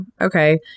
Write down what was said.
Okay